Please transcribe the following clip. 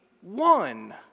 one